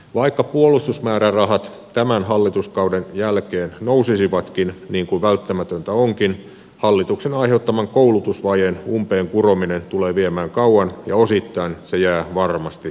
vaikka puolustusmäärärahat tämän hallituskauden jälkeen nousisivatkin niin kuin välttämätöntä onkin hallituksen aiheuttaman koulutusvajeen umpeen kurominen tulee viemään kauan ja osittain se jää varmasti paikkaamatta